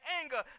anger